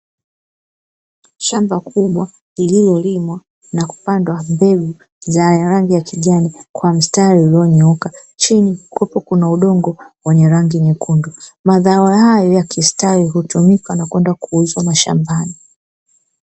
Shamba kubwa lililolimwa na kupandwa mbegu za rangi ya kijani kwa mstari ulionyooka ,chini kukiwepo na udongo wenye rangi nyekundu mazao hayo yakistawi hutumika na kwenda kuuzwa mashambani.